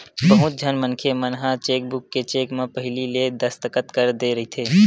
बहुत झन मनखे मन ह चेकबूक के चेक म पहिली ले दस्कत कर दे रहिथे